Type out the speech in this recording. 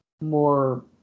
more